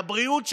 לבריאות שלהם,